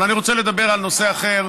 אבל אני רוצה לדבר על נושא אחר,